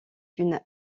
une